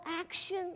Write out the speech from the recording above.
action